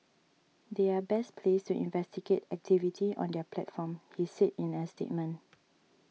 they are best placed to investigate activity on their platform he said in a statement